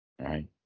right